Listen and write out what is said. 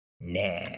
nah